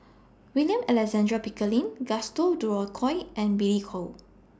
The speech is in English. William Alexander Pickering Gaston Dutronquoy and Billy Koh